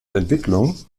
entwicklung